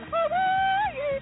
Hawaii